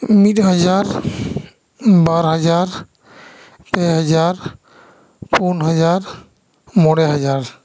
ᱢᱤᱫ ᱦᱟᱡᱟᱨ ᱵᱟᱨ ᱦᱟᱡᱟᱨ ᱯᱮ ᱦᱟᱡᱟᱨ ᱯᱩᱱ ᱦᱟᱡᱟᱨ ᱢᱚᱬᱮ ᱦᱟᱡᱟᱨ